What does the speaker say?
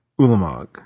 Ulamog